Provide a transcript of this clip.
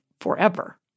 forever